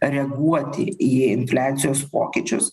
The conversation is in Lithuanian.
reaguoti į infliacijos pokyčius